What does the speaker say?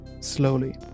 slowly